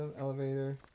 elevator